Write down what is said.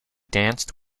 danced